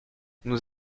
nous